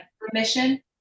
permission